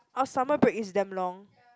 our summer break is damn long